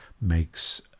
makes